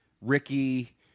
Ricky